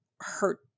hurt